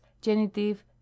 genitive